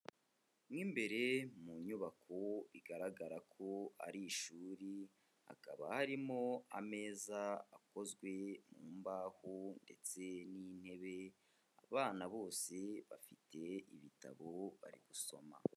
Mo imbere mu nyubako igaragara ko ari ishuri, hakaba harimo ameza akozwe mu mbaho ndetse n'intebe, abana bose bafite ibitabo bari gusoma.